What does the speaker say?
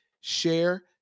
share